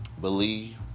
believe